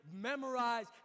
memorize